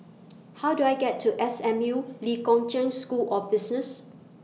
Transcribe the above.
How Do I get to S M U Lee Kong Chian School of Business